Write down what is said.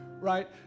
right